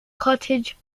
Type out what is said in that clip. cottage